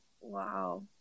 Wow